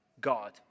God